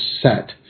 set